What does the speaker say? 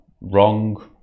wrong